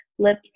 lip